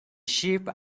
sheep